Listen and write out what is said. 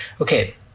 okay